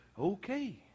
okay